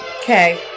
Okay